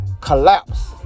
collapse